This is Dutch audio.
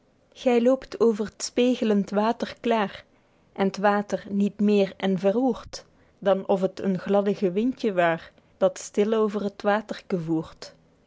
gy loopt over t spegelend waterklaer en t water niet méér en verroert dan of het een gladdige windje waer dat stille over t waterke voert